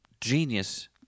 genius